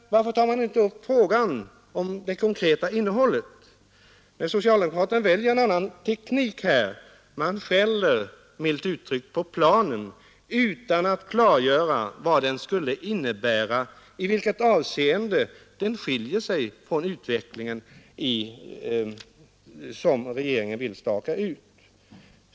Varför tar man inte upp frågan om det konkreta innehållet? Socialdemokraterna väljer en annan teknik och skäller, milt uttryckt, på planen utan att klargöra i vilket avseende den skiljer sig från den utveckling som regeringen vill staka ut.